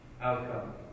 outcome